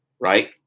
right